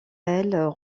elles